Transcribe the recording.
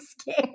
scared